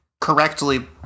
Correctly